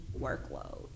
workload